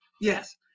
Yes